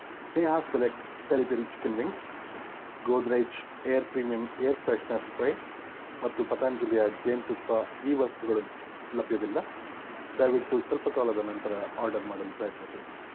ಸ್ನೇಹ select peri peri chicken wings Godrej aer premium air freshener spray ಮತ್ತು ಪತಂಜಲಿಯ ಜೇನುತುಪ್ಪ ಈ ವಸ್ತುಗಳು ಲಭ್ಯವಿಲ್ಲ ದಯವಿಟ್ಟು ಸ್ವಲ್ಪ ಕಾಲದ ನಂತರ ಆರ್ಡರ್ ಮಾಡಲು ಪ್ರಯತ್ನಿಸಿ